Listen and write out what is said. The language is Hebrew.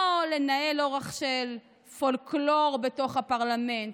לא לנהל אורח של פולקלור בתוך הפרלמנט,